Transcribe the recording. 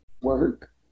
work